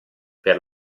per